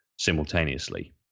simultaneously